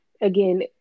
again